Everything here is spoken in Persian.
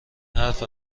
حرف